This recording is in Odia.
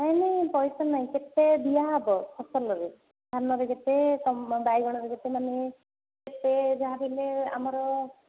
ନାଇଁ ନାଇଁ ପଇସା ନାଇଁ କେତେ ଦିଆହେବ ଫସଲରେ ଧାନରେ କେତେ ବାଇଗଣର କେତେ ମାନେ ସେ ଯାହା ବି ହେଲେ ଆମର